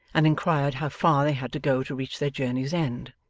and inquired how far they had to go to reach their journey's end.